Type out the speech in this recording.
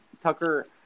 Tucker